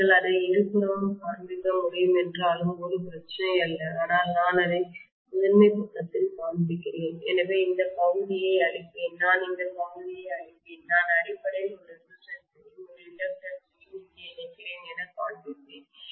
நீங்கள் அதை இருபுறமும் காண்பிக்க முடியும் என்றாலும் ஒரு பிரச்சனையல்ல ஆனால் நான் அதை முதன்மை பக்கத்தில் காண்பிக்கிறேன் எனவே இந்த பகுதியை அழிப்பேன் நான் இந்த பகுதியை அழிப்பேன் நான் அடிப்படையில் ஒரு ரெசிஸ்டன்ஸ் ஐயும் ஒரு இண்டக்டன்ஸ் ஐயும் இங்கே இணைக்கிறேன் எனக் காண்பிப்பேன்